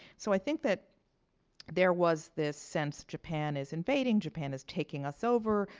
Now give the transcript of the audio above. so i think that there was this sense japan is invading. japan is taking us over.